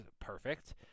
perfect